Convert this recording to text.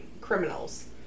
criminals